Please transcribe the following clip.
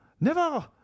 Never